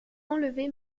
enlevé